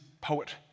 poet